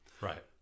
Right